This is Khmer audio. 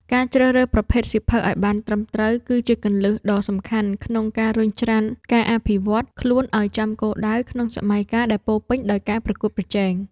ការជ្រើសរើសប្រភេទសៀវភៅឱ្យបានត្រឹមត្រូវ គឺជាគន្លឹះដ៏សំខាន់ក្នុងការរុញច្រានការអភិវឌ្ឍខ្លួនឱ្យចំគោលដៅ ក្នុងសម័យកាលដែលពោរពេញដោយការប្រកួតប្រជែង។